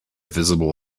visible